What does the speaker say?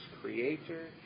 creator